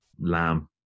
Lamb